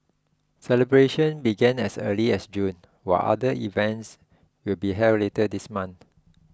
celebrations began as early as June while other events will be held later this month